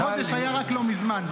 ראש חודש היה רק לא מזמן.